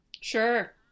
Sure